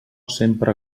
sempre